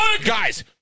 Guys